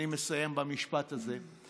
אני מסיים במשפט הזה,